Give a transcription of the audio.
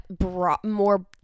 more